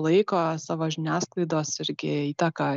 laiko savo žiniasklaidos irgi įtaką